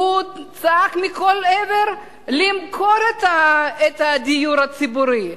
ממפלגת מרצ, צעק מכל עבר למכור את הדיור הציבורי.